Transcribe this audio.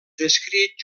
descrit